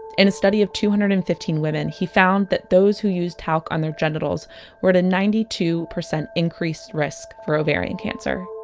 in a study of two hundred and fifteen women, he found that those who used talc on their genitals were at a two percent increased risk for ovarian cancer.